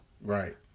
Right